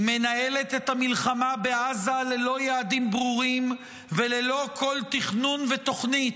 היא מנהלת את המלחמה בעזה ללא יעדים ברורים וללא כל תכנון ותוכנית,